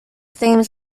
themes